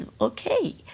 okay